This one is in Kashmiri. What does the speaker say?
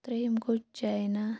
ترٛیٚیم گوٚو چَینا